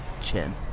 chin